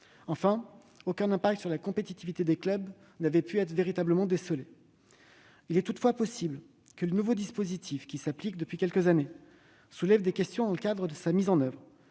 Enfin, aucun impact sur la compétitivité des clubs n'avait pu être véritablement observé. Il est toutefois possible que le nouveau dispositif soulève des questions dans le cadre de sa mise en oeuvre,